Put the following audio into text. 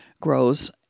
grows